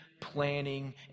planning